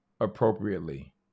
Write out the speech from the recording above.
appropriately